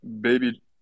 baby